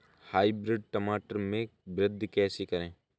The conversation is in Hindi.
हाइब्रिड टमाटर में वृद्धि कैसे करें?